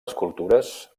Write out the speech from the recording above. escultures